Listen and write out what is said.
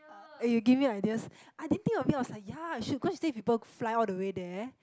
eh you give me ideas I didn't think of it I was like ya I should go stay with people go fly all the way there